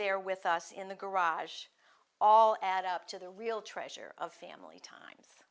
there with us in the garage all add up to the real treasure of family time